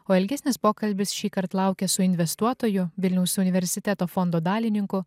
o ilgesnis pokalbis šįkart laukia su investuotoju vilniaus universiteto fondo dalininkų